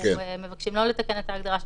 אנחנו מבקשים לא לתקן את ההגדרה של